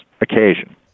occasion